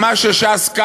על מה שש"ס קמה,